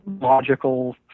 logical